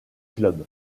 clubs